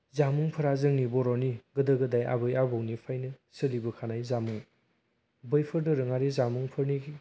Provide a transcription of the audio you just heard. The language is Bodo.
जामुंफोरा जोंनि बर'नि गोदो गोदाय आबै आबौनिफ्रायनो सोलिबोखानाय जामुं बैफोर दोरोङारि जामुंफोरनि